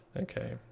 Okay